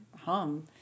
hum